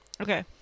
Okay